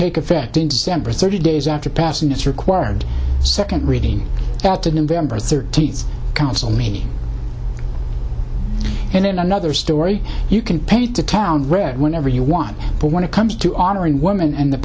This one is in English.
take effect in december thirty days after passing its required second reading at the november thirteenth council meeting and in another story you can paint the town red whenever you want but when it comes to honoring women and the